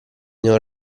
non